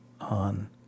on